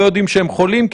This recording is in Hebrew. לא יודעים שהם חולים,